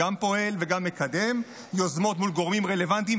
גם פועל וגם מקדם יוזמות מול גורמים רלוונטיים,